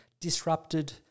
disrupted